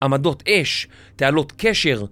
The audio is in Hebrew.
עמדות אש, תעלות קשר